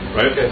right